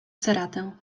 ceratę